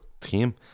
team